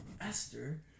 Esther